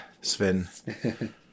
Sven